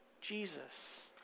Jesus